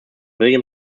william